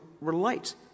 relate